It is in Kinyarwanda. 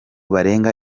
barenga